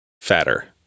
fatter